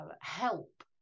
help